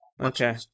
Okay